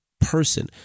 person